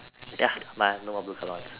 ya but